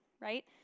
right